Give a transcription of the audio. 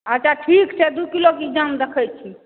अच्छा ठीक छै दू किलोक इंतज़ाम देख़ै छी